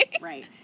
right